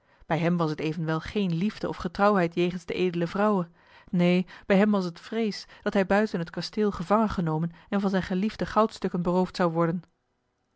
bij hem was het evenwel geen liefde of getrouwheid jegens de edele vrouwe neen bij hem was t vrees dat hij buiten het kasteel gevangen genomen en van zijne geliefde goudstukken beroofd zou worden